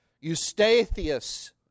Eustathius